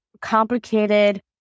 complicated